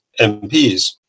MPs